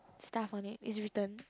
stuff on it it's written